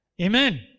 Amen